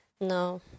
No